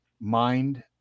mind